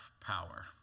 power